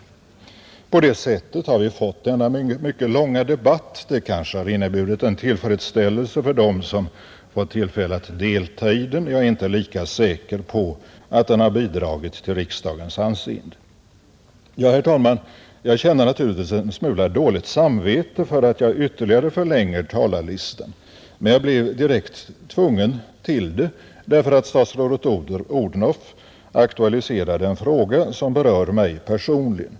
På det sättet har vi fått denna mycket långa debatt. Det kanske har inneburit en viss tillfredsställelse för dem som fått tillfälle att delta i den. Jag är inte lika säker på att den har bidragit till riksdagens anseende. Herr talman! Jag känner naturligtvis en smula dåligt samvete för att jag ytterligare förlänger talarlistan, men jag blev direkt tvungen till det, därför att statsrådet Odhnoff aktualiserade en fråga som berör mig personligen.